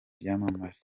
byamamare